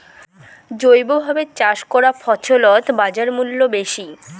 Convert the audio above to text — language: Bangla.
জৈবভাবে চাষ করা ফছলত বাজারমূল্য বেশি